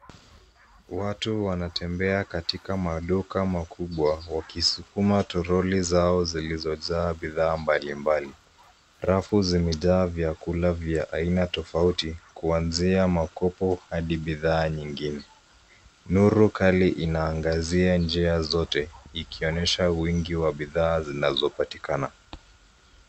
Watu wanatembea katika maduka makubwa wakisukuma toroli zao zilizojaa bidhaa mbalimbali. Rafu zimejaa vyakula vya aina tofauti kuanzia makopo hadi bidhaa nyingine. Nuru kali inaangazia njia zote ikionyesha wingi wa bidhaa zinazopatikana.